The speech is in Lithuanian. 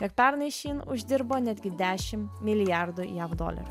jog pernai shein uždirbo netgi dešimt milijardų jav dolerių